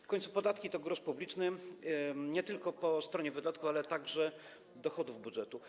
W końcu podatki to grosz publiczny, nie tylko po stronie wydatków, ale także po stronie dochodów budżetu.